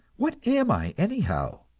what am i anyhow?